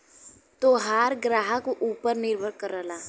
तोहार ग्राहक ऊपर निर्भर करला